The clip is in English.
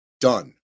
done